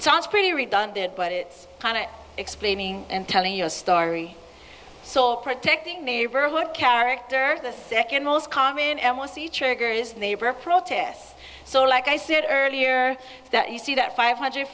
sounds pretty redundant but it's kind of explaining and telling your story so protecting neighborhood character the second most common n y c triggers neighbor protests so like i said earlier that you see that five hundred